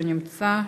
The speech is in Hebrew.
לא נמצא,